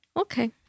Okay